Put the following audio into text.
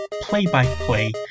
play-by-play